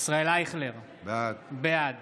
ישראל אייכלר, בעד